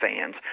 fans